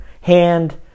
hand